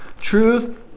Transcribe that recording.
Truth